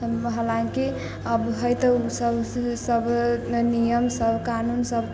हालाँकि अब है तऽ ओसब सब नियम सब कानून सब